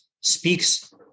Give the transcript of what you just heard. speaks